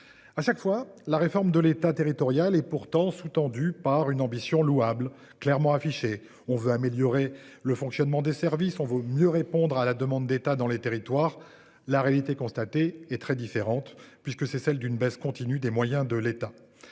À chaque fois la réforme de l'État, territoriale, et pourtant sous-tendu par une ambition louable clairement affiché, on veut améliorer le fonctionnement des services on vaut mieux répondre à la demande d'État dans les territoires. La réalité constatée et très différente puisque c'est celle d'une baisse continue des moyens de l'État.